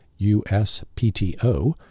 USPTO